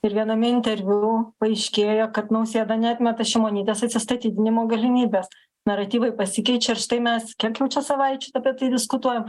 ir viename interviu paaiškėjo kad nausėda neatmeta šimonytės atsistatydinimo galimybės naratyvai pasikeičia ir štai mes kiek jau čia savaičių apie tai diskutuojam